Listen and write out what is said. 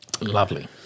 Lovely